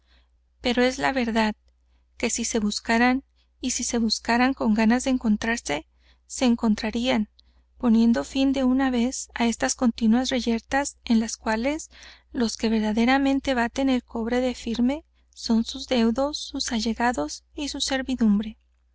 pero es la verdad que si se buscaran y si se buscaran con ganas de encontrarse se encontrarían poniendo fin de una vez á estas continuas reyertas en las cuales los que verdaderamente baten el cobre de firme son sus deudos sus allegados y su servidumbre